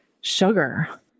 sugar